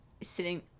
Sitting